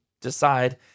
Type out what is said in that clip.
decide